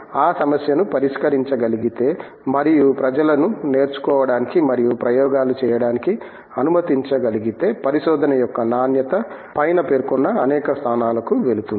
మనము ఆ సమస్యను పరిష్కరించగలిగితే మరియు ప్రజలను నేర్చుకోవడానికి మరియు ప్రయోగాలు చేయడానికి అనుమతించగలిగితే పరిశోధన యొక్క నాణ్యత పైన పేర్కొన్న అనేక స్థానాలకు వెళుతుంది